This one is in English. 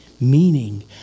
meaning